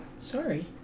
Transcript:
Sorry